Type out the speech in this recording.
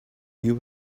you